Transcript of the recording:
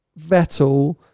Vettel